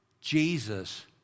Jesus